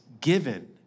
given